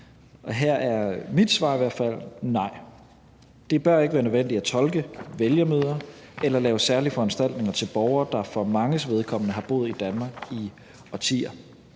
Her er mit svar i hvert fald nej. Det bør ikke være nødvendigt at tolke vælgermøder eller lave særlige foranstaltninger til borgere, der for manges vedkommende har boet i Danmark i årtier.